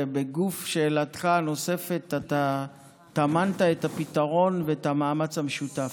בגוף שאלתך הנוספת אתה טמנת את הפתרון ואת המאמץ המשותף.